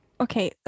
okay